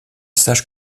sache